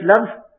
love